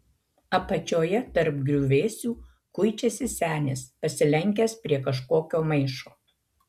apačioje tarp griuvėsių kuičiasi senis pasilenkęs prie kažkokio maišo